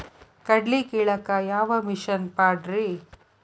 ಕಡ್ಲಿ ಕೇಳಾಕ ಯಾವ ಮಿಷನ್ ಪಾಡ್ರಿ?